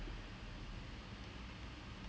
அதுக்கு அப்புறம் இதை:athukku appuram ithai analyse பண்ணு:pannu